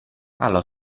allo